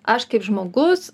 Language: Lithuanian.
aš kaip žmogus